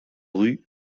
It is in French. rue